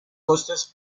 costes